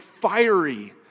fiery